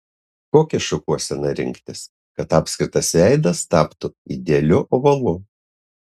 kokią šukuoseną rinktis kad apskritas veidas taptų idealiu ovalu